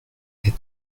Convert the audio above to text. est